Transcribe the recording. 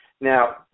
Now